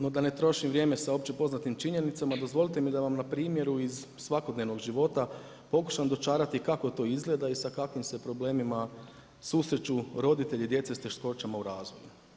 No da ne trošim vrijeme sa opće poznatim činjenicama dozvolite mi da vam na primjeru iz svakodnevnog života pokušam dočarati kako to izgleda i sa kakvim se problemima susreću roditelji djece sa teškoćama u razvoju.